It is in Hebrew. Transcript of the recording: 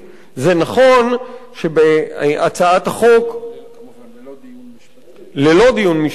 נכון שבהצעת החוק, ללא דיון משפטי.